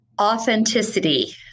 Authenticity